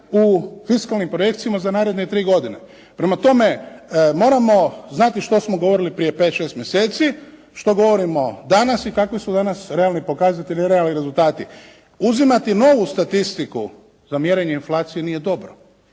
u fiskalnim projekcijama za naredne tri godine. Prema tome moramo znati što smo govorili prije 5, 6 mjeseci, što govorimo danas i kakvi su danas realni pokazatelji, realni rezultati. Uzimati novu statistiku za mjerenje inflacije nije dobro.